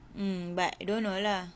mm but don't know lah